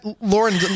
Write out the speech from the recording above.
Lauren